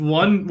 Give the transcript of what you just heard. one